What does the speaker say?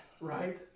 Right